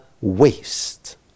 waste